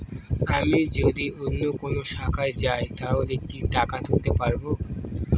আমি যদি অন্য কোনো শাখায় যাই তাহলে কি টাকা তুলতে পারব?